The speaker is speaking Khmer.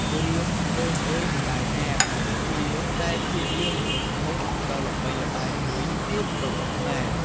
រឿង កូនអើយម្តាយអាប គឺជាខ្សែភាពយន្តរន្ធត់ដ៏ល្បីល្បាញមួយទៀតរបស់ខ្មែរ។